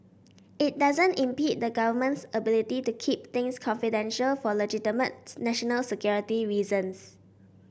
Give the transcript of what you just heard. it doesn't impede the Government's ability to keep things confidential for legitimate national security reasons